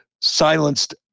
silenced